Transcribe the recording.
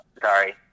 Sorry